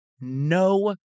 no